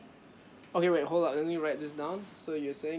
okay wait hold up let me write this down so you're saying